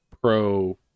pro